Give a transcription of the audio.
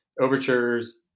overtures